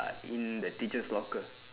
uh in the teachers' locker